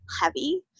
heavy